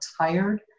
tired